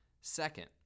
Second